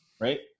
right